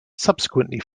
subsequently